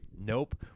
Nope